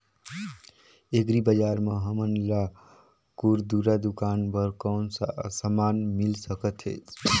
Agri बजार म हमन ला खुरदुरा दुकान बर कौन का समान मिल सकत हे?